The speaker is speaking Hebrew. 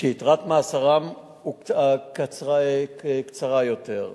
שיתרת מאסרם קצרה יותר.